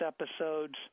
episodes